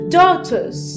daughters